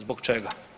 Zbog čega?